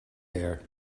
there